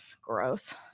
gross